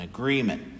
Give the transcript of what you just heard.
agreement